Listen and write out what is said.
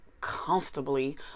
comfortably